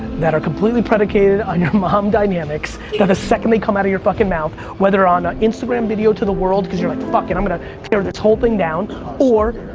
that are completely predicated on your mom dynamics, that the second they come out of your fucking mouth, whether on an instagram video to the world, cause you're like fuck it, i'm going to tear this whole thing down or,